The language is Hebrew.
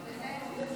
נתקבלה.